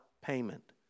payment